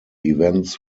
events